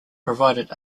provided